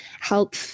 help